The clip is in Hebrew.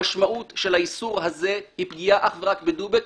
המשמעות של האיסור הזה היא פגיעה אך ורק בדובק,